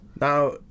now